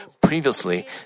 Previously